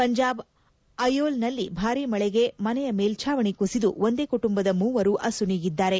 ಪಂಜಾಬ್ ಅಯೋಲ್ ನಲ್ಲಿ ಭಾರಿ ಮಳೆಗೆ ಮನೆಯ ಮೇಲ್ಲಾವಣಿ ಕುಸಿದು ಒಂದೇ ಕುಟುಂಬದ ಮೂವರು ಅಸುನೀಗಿದ್ದಾರೆ